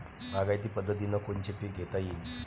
बागायती पद्धतीनं कोनचे पीक घेता येईन?